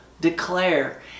declare